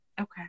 okay